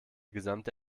gesamte